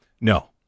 No